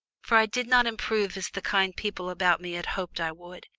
for i did not improve as the kind people about me had hoped i would,